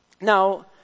Now